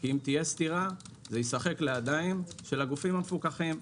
כי אם תהיה סתירה זה ישחק לידיים של הגופים המפוקחים,